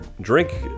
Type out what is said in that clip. drink